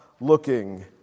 looking